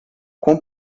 com